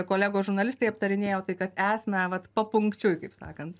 kolegos žurnalistai aptarinėjo tai kad esame vat papunkčiui kaip sakant